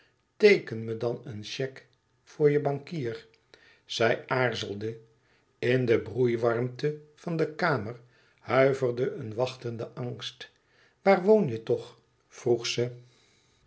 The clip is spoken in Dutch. teeken me dan een chèque voor je bankier zij aarzelde in de broeiwarmte van de kamer huiverde een wachtende angst waar woon je toch vroeg ze